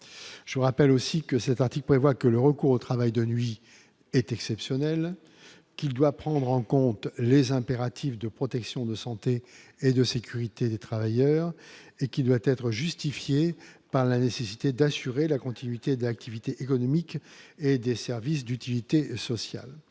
je vous rappelle aussi que cet article prévoit que le recours au travail de nuit est exceptionnel qui doit prendre en compte les impératifs de protection de santé et de sécurité des travailleurs et qui doit être justifié par la nécessité d'assurer la continuité de l'activité économique et des services d'utilité sociale,